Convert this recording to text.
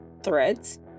threads